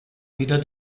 wieder